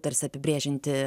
tarsi apibrėžianti